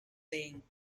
saying